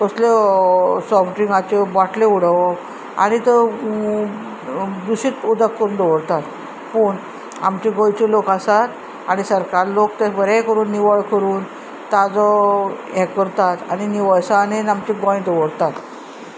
कसल्यो सॉफ्ट ड्रिंकाच्यो बोटल्यो उडोवप आनी त्यो दुशीत उदक करून दवरतात पूण आमचे गोंयचे लोक आसात आनी सरकार लोक ते बरें करून निवळ करून ताचो हें करतात आनी निवळसाणीन आमचें गोंय दवरतात